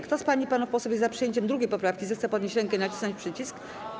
Kto z pań i panów posłów jest za przyjęciem 2. poprawki, zechce podnieść rękę i nacisnąć przycisk.